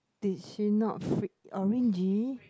did she not freak orangey